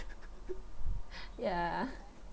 ya